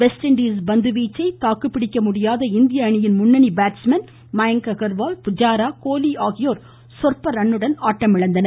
west Indies பந்துவீச்சை தாக்குபிடிக்க முடியாத இந்திய அணியின முன்னணி பேட்ஸ்மென் மயங்க் அகர்வால் புஜாரா கோலி ஆகியோர் சொற்ப ரன்னுடன் ஆட்டமிழந்தனர்